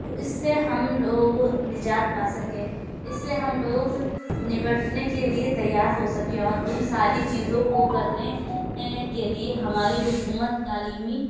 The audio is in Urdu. اس سے ہم لوگ نجات پا سکیں اس سے ہم لوگ نمٹنے کے لیے تیار ہو سکیں اور ان ساری چیزوں کو کرنے کے لیے ہماری حکومت تعلیمی